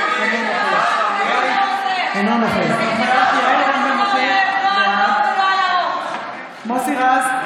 אינו נוכח יעל רון בן משה, בעד מוסי רז,